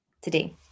today